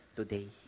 today